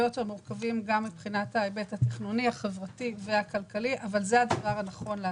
יותר מורכבים מבחינת ההיבט התכנוני והחברתי אבל זה הדבר הנכון לעשות.